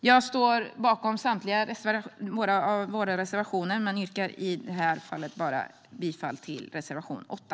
Jag står bakom samtliga våra reservationer, men jag yrkar bifall bara till reservation 8.